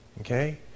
Okay